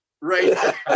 Right